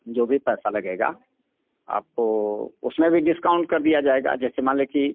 जो भी पैसा लगेगा आपको उसमें भी डिस्काउंट कर दिया जाएगा जैसे मान लें कि